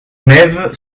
mesves